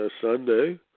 Sunday